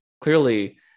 clearly